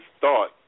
thought